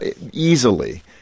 easily